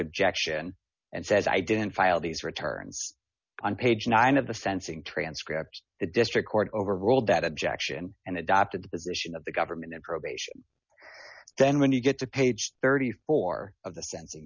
objection and says i didn't file these returns on page nine of the sensing transcript the district court overruled that objection and adopted the position of the government of probation then when you get to page thirty four of the sensing